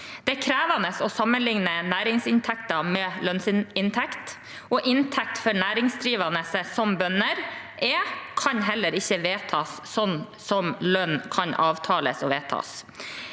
Det er krevende å sammenlikne næringsinntekter med lønnsinntekt. Inntekt for næringsdrivende, som bønder er, kan heller ikke vedtas slik som lønn kan avtales og vedtas.